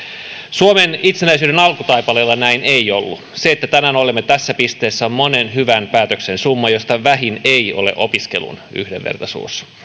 suomen itsenäisyyden alkutaipaleella näin ei ollut se että tänään olemme tässä pisteessä on monen hyvän päätöksen summa joista vähin ei ole opiskelun yhdenvertaisuus